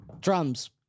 Drums